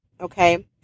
okay